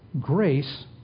grace